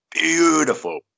Beautiful